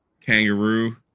kangaroo